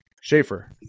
Schaefer